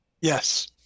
Yes